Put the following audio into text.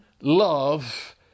love